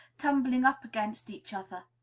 tumbling up against each other.